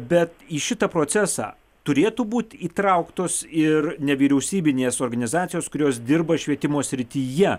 bet į šitą procesą turėtų būt įtrauktos ir nevyriausybinės organizacijos kurios dirba švietimo srityje